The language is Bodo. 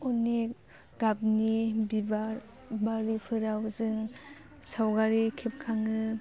अनेक गाबनि बिबार बारिफोराव जों सावगारि खेबखाङो